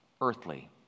earthly